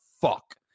fuck